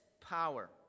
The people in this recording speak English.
power